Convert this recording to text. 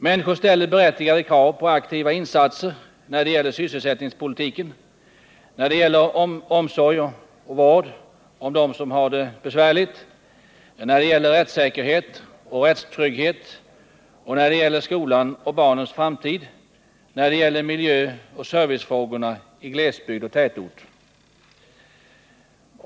Människor ställer berättigade krav på aktiva insatser när det gäller sysselsättningspolitiken, när det gäller omsorg och vård för dem som har det besvärligt, när det gäller rättssäkerhet och rättstrygghet, när det gäller skolan och barnens framtid, när det gäller miljöoch servicefrågorna i glesbygd och tätort.